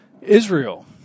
Israel